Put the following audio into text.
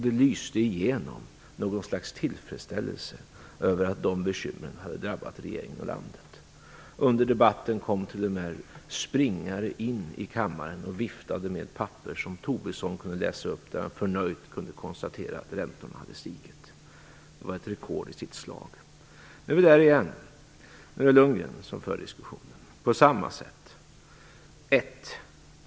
Det lyste igenom något slags tillfredsställelse över att de bekymren hade drabbat regeringen och landet. Under debatten kom det t.o.m. in en budbringare i kammaren och viftade med ett papper, som Tobisson kunde läsa upp och enligt vilket denne förnöjt kunde konstatera att räntorna hade stigit. Det var ett rekord i sitt slag. Nu är vi där igen. Nu för Lundgren diskussionen på samma sätt.